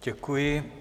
Děkuji.